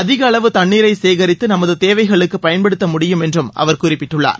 அதிக அளவு தண்ணீரை சேகரித்து நமது தேவைகளுக்கு பயன்படுத்த முடியும் என்றும் அவர் குறிப்பிட்டுள்ளார்